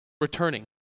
returning